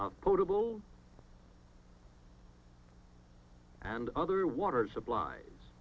potable and other water supplies